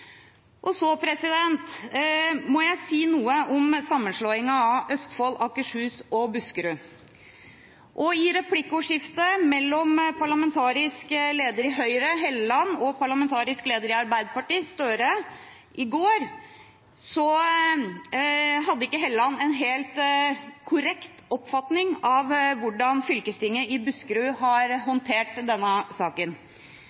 Så må jeg si noe om sammenslåingen av Østfold, Akershus og Buskerud. I replikkordskiftet mellom Høyres parlamentariske leder, Trond Helleland, og Arbeiderpartiets parlamentariske leder, Jonas Gahr Støre, i går hadde ikke Helleland en helt korrekt oppfatning av hvordan fylkestinget i Buskerud har